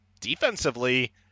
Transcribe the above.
defensively